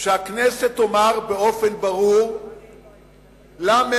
שהכנסת תאמר באופן ברור לממשלה: